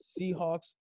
Seahawks